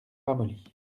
ramolli